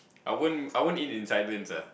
I won't I won't eat in silence ah